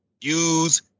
use